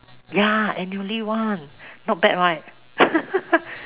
ya annually [one] not bad right